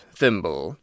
thimble